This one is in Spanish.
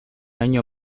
año